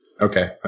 Okay